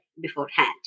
beforehand